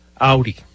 Audi